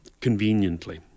conveniently